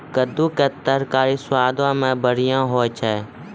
कद्दू के तरकारी स्वादो मे बढ़िया होय छै